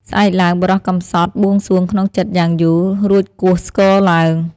ស្អែកឡើង បុរសកំសត់បួងសួងក្នុងចិត្ត យ៉ាងយូរ រួចគោះស្គរឡើង ។